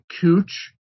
Cooch